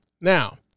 now